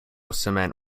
cement